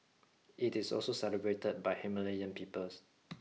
it is also celebrated by Himalayan peoples